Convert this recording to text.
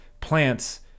plants